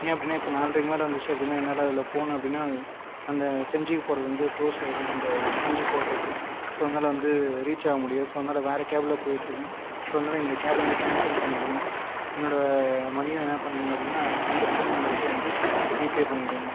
ஏன் அப்படின்னா இப்போ நால்ரைக்கு மேலே வந்துச்சு அப்படின்னா என்னால் அதில் போனோம் அப்படின்னா அந்த செஞ்சிக்கு போகிறது வந்து குளோஸ் ஆகிடும் அந்த செஞ்சிக் கோட்டைக்கு ஸோ அதனால் வந்து ரீச் ஆக முடியாது ஸோ அதனால வந்து வேறு கேப்பில் போய்கிட்டுருக்க ஸோ அதனால் இந்த கேப் வந்து கேன்சல் பண்ணிவிடுங்க என்னோடய மணியை என்ன பண்ணுறிங்க அப்படின்னா இந்த ஃபோன் நம்பருக்கே வந்து ரீபே பண்ணிவிடுங்க